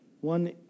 one